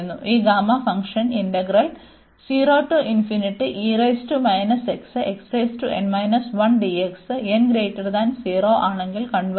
ഈ gamma function n 0 ആണെങ്കിൽ ആണെങ്കിൽ ഡൈവേർജ്